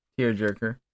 tearjerker